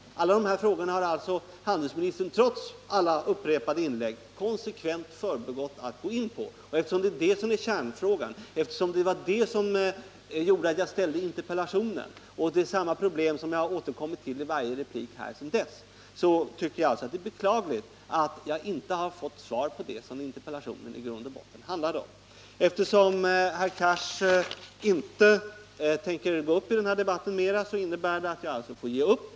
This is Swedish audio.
Alla de här frågorna har handelsministern, trots upprepade inlägg, konsekvent underlåtit att gå in på. Det var det som var kärnfrågan i interpellationen, och det är det problemet jag har återkommit till i varje replik. Jag tycker det är beklagligt att jag inte har fått svar på det som interpellationen i grund och botten handlade om. Eftersom herr Cars inte tänker gå upp mera i den här debatten får jag alltså ge upp.